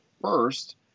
first